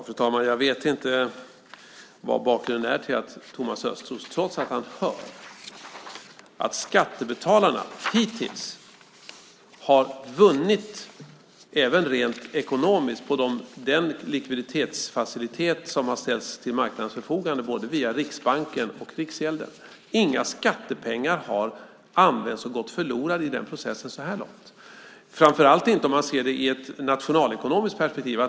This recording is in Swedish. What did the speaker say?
Fru talman! Jag vet inte vad bakgrunden är till att Thomas Östros säger detta, trots att han hör att skattebetalarna hittills har vunnit även rent ekonomiskt på den likviditetsfacilitet som har ställts till marknadens förfogande både via Riksbanken och Riksgälden. Inga skattepengar har använts och gått förlorade i den processen så här långt, framför allt inte om man ser det i ett nationalekonomiskt perspektiv.